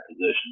position